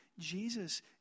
Jesus